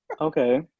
okay